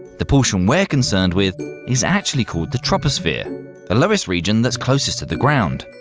the portion we're concerned with is actually called the troposphere the lowest region that's closest to the ground.